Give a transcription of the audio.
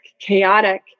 chaotic